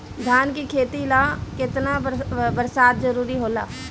धान के खेती ला केतना बरसात जरूरी होला?